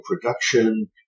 production